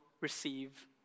receive